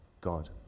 God